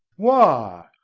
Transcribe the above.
why,